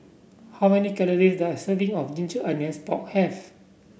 how many calories does a serving of Ginger Onions Pork have